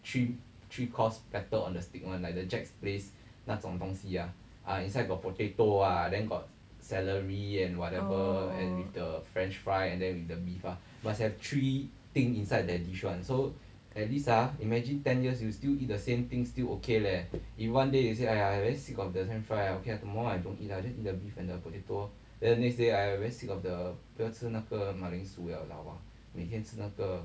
oh